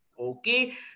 Okay